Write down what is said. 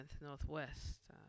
Northwest